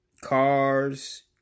cars